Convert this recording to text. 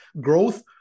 growth